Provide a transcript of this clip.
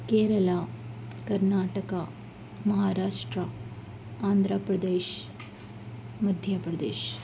Kerala Karnataka Maharashtra Andhra Pradesh Madhya Pradesh